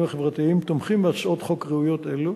החברתיים תומכים בהצעות חוק ראויות אלו,